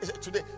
today